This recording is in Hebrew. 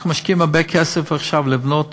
אנחנו משקיעים הרבה כסף עכשיו לבנות